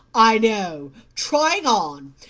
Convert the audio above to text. i know trying on!